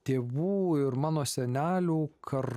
tėvų ir mano senelių kar